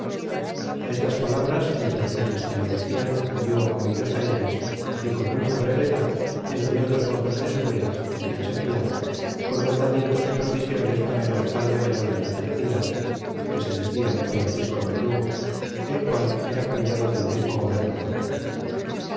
a estas palabras y otras muchas que le decian di oidos ellas y con mucha brevedad envió dos mozos de espuelas de quien se fiaba con mandamientos y provisiones para el alcalde mayor de la trinidad que se decia francisco verdugo el qual era cuñado del mismo gobernador